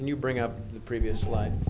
can you bring up the previous line